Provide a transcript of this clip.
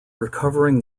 recovering